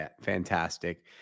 fantastic